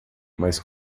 mas